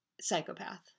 Psychopath